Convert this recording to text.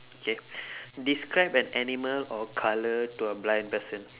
okay describe an animal or a colour to a blind person